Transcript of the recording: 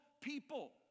people